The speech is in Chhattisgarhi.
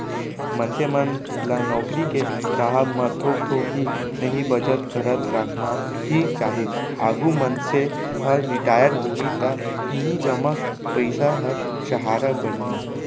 मनसे मन ल नउकरी के राहब म थोक थोक ही सही बचत करत रखना ही चाही, आघु मनसे ह रिटायर होही त इही जमा पइसा ह सहारा बनही